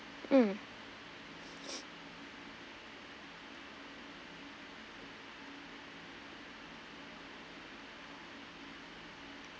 mm